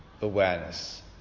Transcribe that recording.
awareness